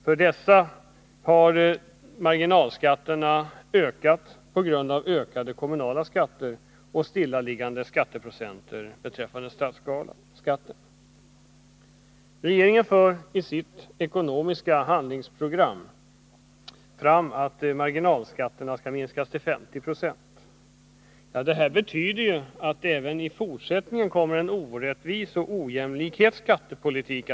För dessa inkomsttagare har marginalskatterna ökat på grund av höjda kommunala skatter och stillaliggande statsskattesatser. Regeringen för i sitt ekonomiska handlingsprogram fram att marginalskatterna skall minskas till 50 96. Det betyder att det även i fortsättningen kommer att föras en orättvis och ojämlik skattepolitik.